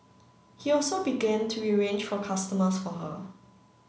he also begin to arrange for customers for her